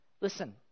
Listen